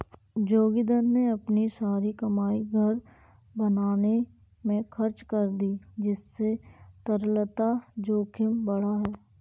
जोगिंदर ने अपनी सारी कमाई घर बनाने में खर्च कर दी जिससे तरलता जोखिम बढ़ा